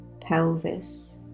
pelvis